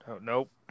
nope